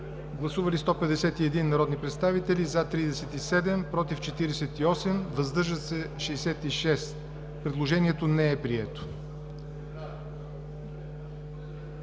Гласували 151 народни представители: за 37, против 48, въздържали се 66. Предложението не е прието.